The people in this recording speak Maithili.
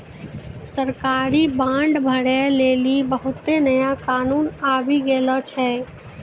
सरकारी बांड भरै लेली बहुते नया कानून आबि गेलो छै